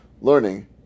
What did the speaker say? learning